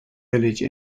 village